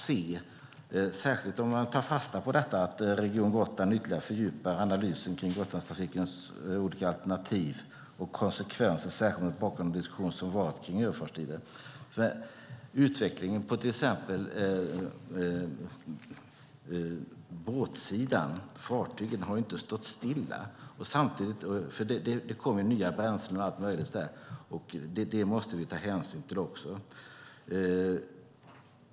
Det gäller särskilt om man tar fasta på att Region Gotland ytterligare fördjupar analysen kring Gotlandstrafikens alternativ och konsekvenser, speciellt mot bakgrund av den diskussion som har varit kring överfartstider. Det kommer nya bränslen och allt möjligt, och det måste vi också ta hänsyn till.